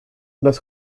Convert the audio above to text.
las